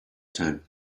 time